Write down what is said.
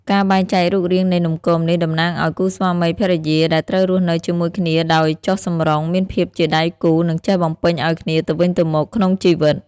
ការបែងចែករូបរាងនៃនំគមនេះតំណាងឲ្យគូស្វាមីភរិយាដែលត្រូវរស់នៅជាមួយគ្នាដោយចុះសម្រុង មានភាពជាដៃគូ និងចេះបំពេញឲ្យគ្នាទៅវិញទៅមកក្នុងជីវិត។